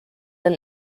than